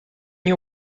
you